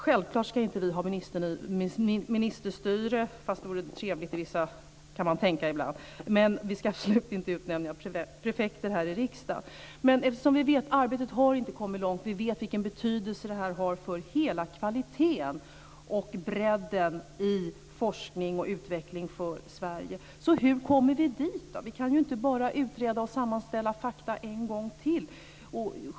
Självklart ska vi inte ha ministerstyre - även om det ibland kunde vara trevligt, kan man tänka. Vi ska dock absolut inte utnämna prefekter här i riksdagen. Arbetet har alltså inte kommit långt och samtidigt vet vi vilken betydelse det här har för kvaliteten som helhet och för bredden i forskning och utveckling i Hur kommer vi då dit? Vi kan ju inte bara utreda och sammanställa fakta en gång till.